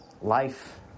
life